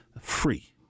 free